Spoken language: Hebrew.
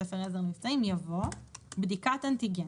"ספר עזר למבצעים"" יבוא: ""בדיקת אנטיגן"